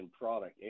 product